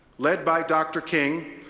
led by dr. king,